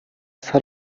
сар